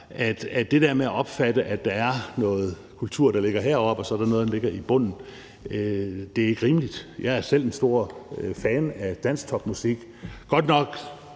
fra. Det der med at opfatte det sådan, at der er noget kultur, der ligger højt oppe, og så er der er noget, der ligger i bunden, er ikke rimeligt. Jeg er selv en stor fan af dansktopmusik, måske